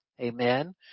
amen